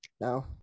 No